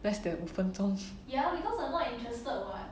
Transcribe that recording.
less than 五分钟